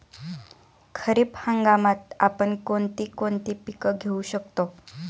खरीप हंगामात आपण कोणती कोणती पीक घेऊ शकतो?